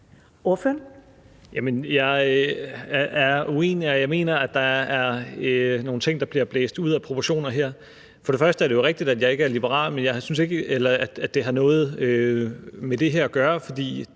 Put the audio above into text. og jeg mener, at der her er nogle ting, der bliver blæst ud af proportioner. For det første er det jo rigtigt, at jeg ikke er liberal, men jeg synes ikke, at det har noget med det her at gøre. For